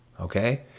okay